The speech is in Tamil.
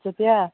சத்தியா